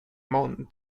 mountain